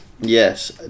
yes